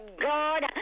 God